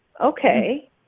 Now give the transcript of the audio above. Okay